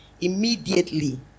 immediately